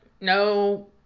no